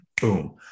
Boom